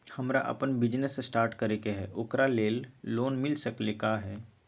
हमरा अपन business start करे के है ओकरा लेल लोन मिल सकलक ह?